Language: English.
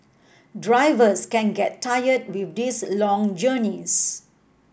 drivers can get tired with these long journeys